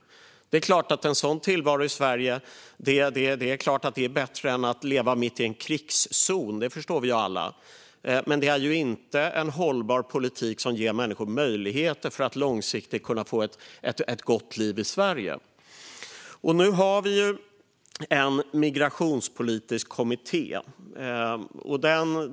Det är klart att en sådan tillvaro i Sverige är bättre än att leva mitt i en krigszon - det förstår vi alla - men det är ju inte en hållbar politik som ger människor möjligheter att långsiktigt få ett gott liv i Sverige. Nu har vi en migrationspolitisk kommitté.